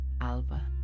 Alba